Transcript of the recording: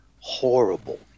horrible